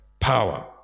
power